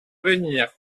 venir